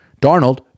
Darnold